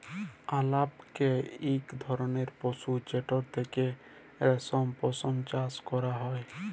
আলাপকে ইক ধরলের পশু যেটর থ্যাকে রেশম, পশম চাষ ক্যরা হ্যয়